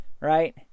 right